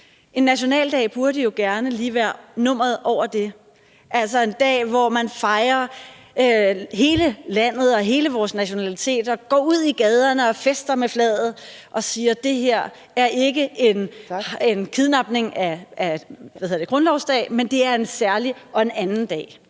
En nationaldag burde jo gerne lige være nummeret over det og altså en dag, hvor man fejrer hele landet og hele vores nationalitet og går ud i gaderne og fester med flaget og siger, at det her ikke er en kidnapning af grundlovsdag, men at det er en særlig og en anden dag.